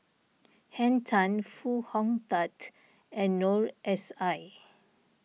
Henn Tan Foo Hong Tatt and Noor S I